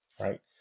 right